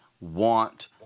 want